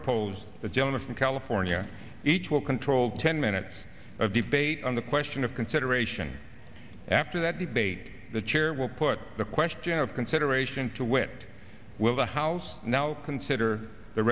opposed the gentleman from california each will control ten minutes of debate on the question of consideration after that debate the chair will put the question of consideration to when will the house now consider the